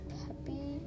puppy